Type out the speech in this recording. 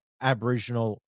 Aboriginal